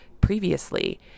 previously